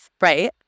Right